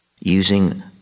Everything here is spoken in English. using